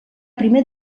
primer